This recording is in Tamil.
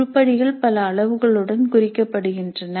உருப்படிகள் பல அளவுகளுடன் குறிக்கப்படுகின்றன